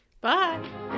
Bye